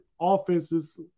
offenses